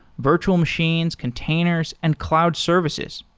virtual machines, containers and cloud services.